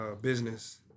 business